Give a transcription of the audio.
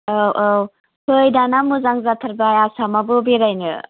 औ औ फै दाना मोजां जाथारबाय आसामाबो बेरायनो